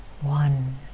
one